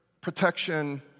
protection